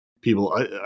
People